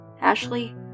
Ashley